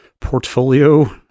portfolio